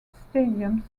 stadiums